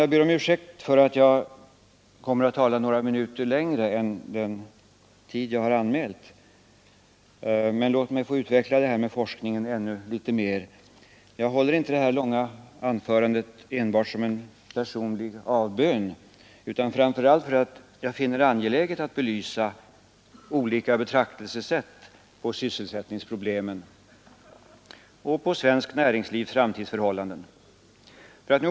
Jag ber om ursäkt för att jag kommer att tala några minuter längre än vad jag har anmält, men låt mig få utveckla det här med forskningen litet mer. Jag håller inte det här långa anförandet enbart som en personlig avbön utan framför allt för att jag finner det angeläget att belysa olika betraktelsesätt på sysselsättningsproblemen och svenskt näringslivs fram tidsförhållanden.